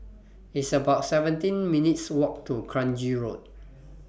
It's about seventeen minutes' Walk to Kranji Road